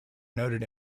noted